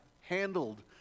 handled